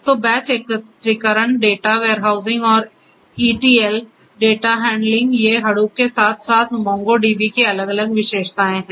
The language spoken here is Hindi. तो बैच एकत्रीकरण डेटा वेयरहाउसिंग और ईटीएल डेटा हैंडलिंग ये हडूप के साथ साथ MongoDB की अलग अलग विशेषताएं हैं